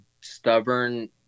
stubborn